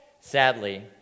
Sadly